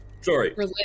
Sorry